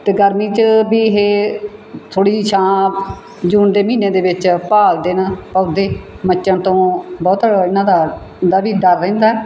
ਅਤੇ ਗਰਮੀ 'ਚ ਵੀ ਇਹ ਥੋੜ੍ਹੀ ਜਿਹੀ ਛਾਂ ਜੂਨ ਦੇ ਮਹੀਨੇ ਦੇ ਵਿੱਚ ਭਾਲਦੇ ਹਨ ਪੌਦੇ ਮੱਚਣ ਤੋਂ ਬਹੁਤਾ ਇਹਨਾਂ ਦਾ ਦਾ ਵੀ ਡਰ ਰਹਿੰਦਾ